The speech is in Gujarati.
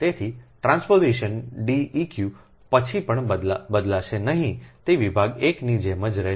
તેથી ટ્રાન્સપોઝિશન Deq પછી પણ બદલાશે નહીં તે વિભાગ 1 ની જેમ જ રહેશે